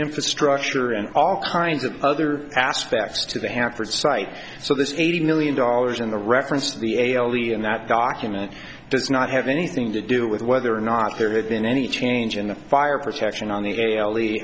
infrastructure and all kinds of other aspects to the halford site so this eighty million dollars in the reference to the alien that document does not have anything to do with whether or not there had been any change in the fire protection on the alie